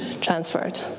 transferred